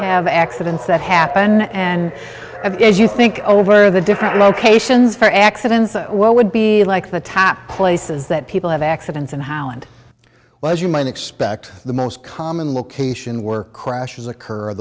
have accidents that happen and it is you think over the different locations for accidents that well would be like the tap places that people have accidents in holland well as you might expect the most common location where crashes occur